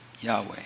Yahweh